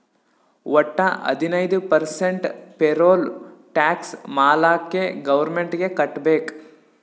ವಟ್ಟ ಹದಿನೈದು percent payroll tax ಮಾಲ್ಲಾಕೆ ಗೌರ್ಮೆಂಟ್ಗ್ ಕಟ್ಬೇಕ್